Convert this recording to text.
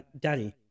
daddy